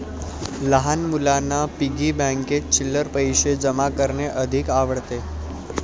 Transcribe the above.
लहान मुलांना पिग्गी बँकेत चिल्लर पैशे जमा करणे अधिक आवडते